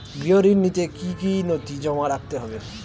গৃহ ঋণ নিতে কি কি নথি জমা রাখতে হবে?